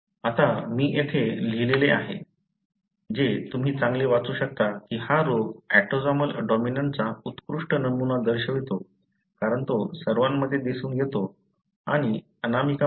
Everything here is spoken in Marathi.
आता मी इथे लिहिले आहे जे तुम्ही चांगले वाचू शकता की हा रोग ऑटोसोमल डॉमिनंटचा उत्कृष्ट नमुना दर्शवितो कारण तो सर्वांमध्ये दिसून येतो आणि अनामिकामध्ये